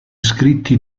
scritti